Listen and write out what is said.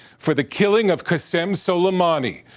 for the killing of qassim suleimani,